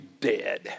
dead